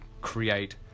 create